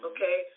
Okay